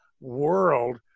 world